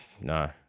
No